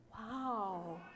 wow